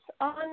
on